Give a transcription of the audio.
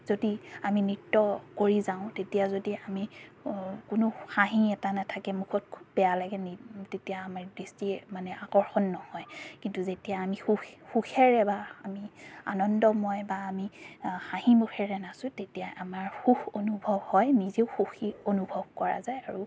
যদি আমি নৃত্য কৰি যাওঁ তেতিয়া যদি আমি কোনো হাঁহি এটা নাথাকে মুখত খুব বেয়া লাগে নি তেতিয়া আমাৰ দৃষ্টিৰ মানে আকৰ্ষণ নহয় কিন্তু যেতিয়া আমি সুখ সুখেৰে বা আমি আনন্দময় বা আমি হাঁহি মুখেৰে নাচোঁ তেতিয়াই আমাৰ সুখ অনুভৱ হয় নিজেও সুখী অনুভৱ কৰা যায় আৰু